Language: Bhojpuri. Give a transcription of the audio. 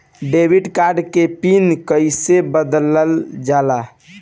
डेबिट कार्ड के पिन कईसे बदलल जाला?